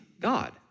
God